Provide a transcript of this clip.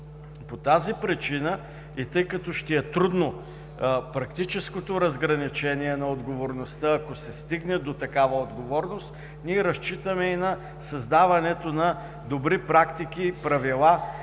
По тази причина и тъй като ще е трудно практическото разграничение на отговорността, ако се стигне до такава отговорност, ние разчитаме и на създаването на добри практики и правила